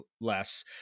less